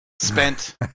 Spent